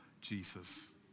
Jesus